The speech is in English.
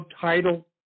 Title